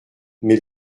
mais